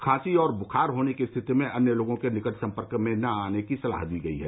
खांसी और बुखार होने की स्थिति में अन्य लोगों के निकट संपर्क में न आने की सलाह दी गई है